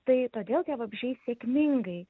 tai todėl tie vabzdžiai sėkmingai